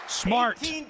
smart